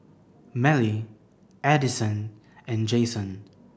Mellie Addyson and Jayson